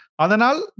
Adanal